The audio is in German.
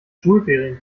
schulferien